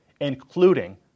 including